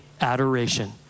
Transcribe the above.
adoration